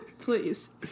Please